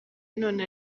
none